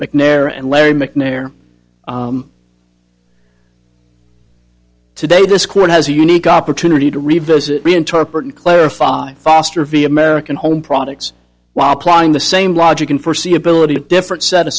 mcnair and larry mcnair today this court has a unique opportunity to revisit reinterpret and clarify foster v american home products while applying the same logic in foreseeability a different set of